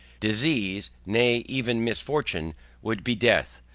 disease, nay even misfortune would be death,